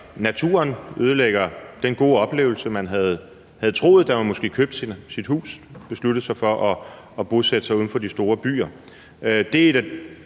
naturen og den gode oplevelse, man havde troet man ville få, da man købte sit hus og besluttede sig for at bosætte sig uden for de store byer.